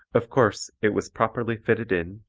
of course, it was properly fitted in,